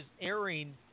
airing